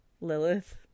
Lilith